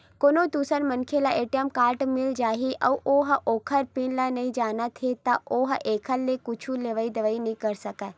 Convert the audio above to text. कोनो दूसर मनखे ल ए.टी.एम कारड मिल जाही अउ ओ ह ओखर पिन ल नइ जानत हे त ओ ह एखर ले कुछु लेवइ देवइ नइ कर सकय